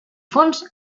fons